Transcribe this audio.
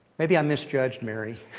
maybe i misjudged mary.